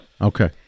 okay